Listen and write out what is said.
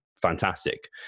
fantastic